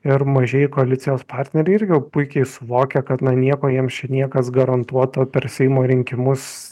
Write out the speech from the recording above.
ir mažieji koalicijos partneriai irgi puikiai suvokia kad na nieko jiems čia niekas garantuoto per seimo rinkimus